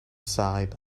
sight